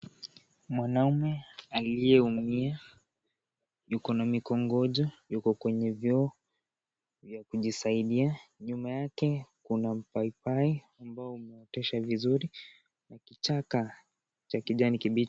Mwanamme aliyeumia yuko na mikongojo, yuko kwenye vyoo vya kujisaidia. Nyuma yake kuna mpaipai ambao umeotesha vizuri. Kichaka cha kijani kibichi.